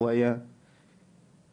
שהיא חלק מהחברה הישראלית,